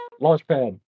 Launchpad